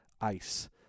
ice